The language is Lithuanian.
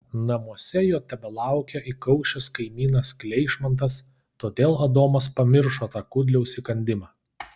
namuose jo tebelaukė įkaušęs kaimynas kleišmantas todėl adomas pamiršo tą kudliaus įkandimą